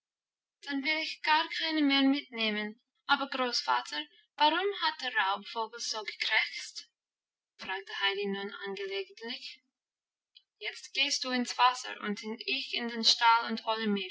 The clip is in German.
dann will ich gar keine mehr mitnehmen aber großvater warum hat der raubvogel so gekrächzt fragte heidi nun angelegentlich jetzt gehst du ins wasser und ich in den stall und hole